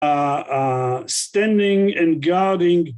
Standing and guarding